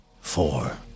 four